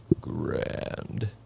grand